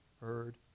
heard